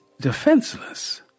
defenseless